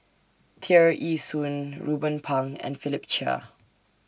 Tear Ee Soon Ruben Pang and Philip Chia